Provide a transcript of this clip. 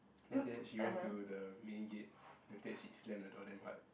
then after that she went to the main gain then after that she slam the door damn hard